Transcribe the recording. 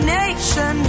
nation